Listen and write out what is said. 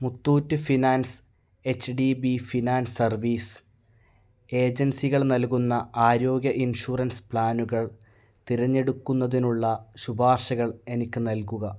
Muthoot finance H D finance service ഏജൻസികൾ നൽകുന്ന ആരോഗ്യ ഇൻഷുറൻസ് പ്ലാനുകൾ തിരഞ്ഞെടുക്കുന്നതിനുള്ള ശുപാർശകൾ എനിക്ക് നൽകുക